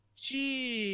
Jeez